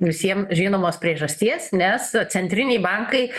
visiem žinomos priežasties nes centriniai bankai